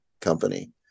company